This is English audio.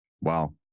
Wow